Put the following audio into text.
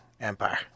empire